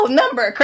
number